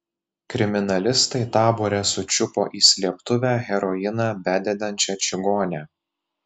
kriminalistai tabore sučiupo į slėptuvę heroiną bededančią čigonę